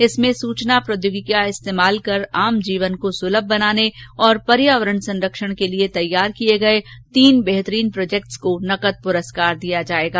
इसमें सूचना प्रौद्योगिकी का इस्तेमाल कर आम जीवन को सुलम बनाने और पर्यावरण संरक्षण के लिए तैयार किए गए तीन बेहतरीन प्रोजेक्ट्स को नकद पुरस्कार दिया जाएगा